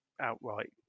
outright